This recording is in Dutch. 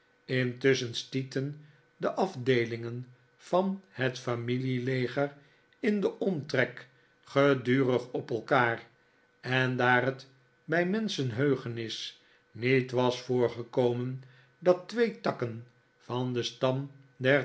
intusschen stieten de afdeelingen van het familieleger in den omtrek gedurig op elkaar en daar het bij menschenheugenis niet was voorgekomen dat twee takken van den stam